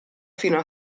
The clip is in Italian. fino